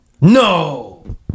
No